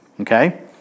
Okay